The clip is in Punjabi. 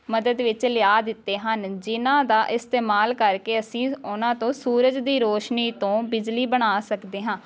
ਮਦਦ ਵਿੱਚ ਲਿਆ ਦਿੱਤੇ ਹਨ ਜਿਹਨਾਂ ਦਾ ਇਸਤੇਮਾਲ ਕਰਕੇ ਅਸੀਂ ਉਹਨਾਂ ਤੋਂ ਸੂਰਜ ਦੀ ਰੋਸ਼ਨੀ ਤੋਂ ਬਿਜਲੀ ਬਣਾ ਸਕਦੇ ਹਾਂ